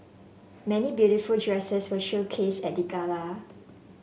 many beautiful dresses were showcased at the gala